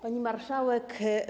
Pani Marszałek!